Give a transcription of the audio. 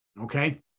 Okay